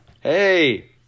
Hey